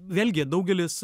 vėlgi daugelis